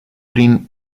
prin